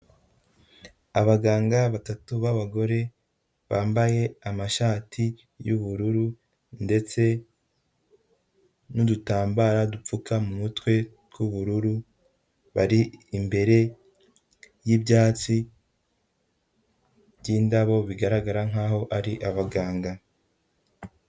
Abaganga batatu b'abagore bambaye amashati y'ubururu ndetse n'udutambararo dupfuka mu mutwe tw'ubururu, bari imbere y'ibyatsi by'indabo bigaragara nkaho ari abaganga.